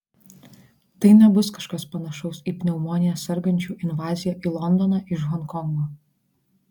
tai nebus kažkas panašaus į pneumonija sergančių invaziją į londoną iš honkongo